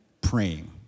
praying